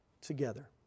together